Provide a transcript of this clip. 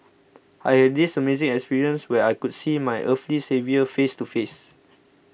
I had this amazing experience where I could see my earthly saviour face to face